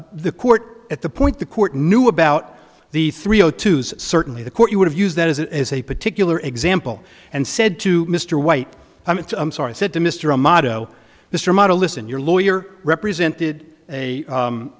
the court at the point the court knew about the three o two certainly the court you would have used that as a as a particular example and said to mr white i'm sorry i said to mr a motto mr model listen your lawyer represented a